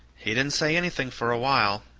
he didn't say anything for a while,